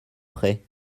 prêt